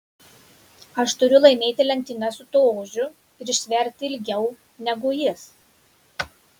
aš turiu laimėti lenktynes su tuo ožiu ir ištverti ilgiau negu jis